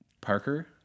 Parker